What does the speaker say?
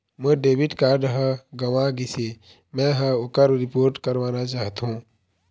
मोर debit card ह गंवा गिसे, मै ह ओकर रिपोर्ट करवाना चाहथों